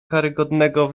karygodnego